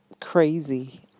crazy